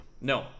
No